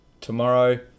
tomorrow